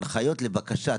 הנחיות לבקשה.